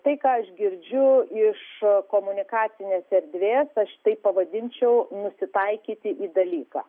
tai ką aš girdžiu iš komunikacinės erdvės aš tai pavadinčiau nusitaikyti į dalyką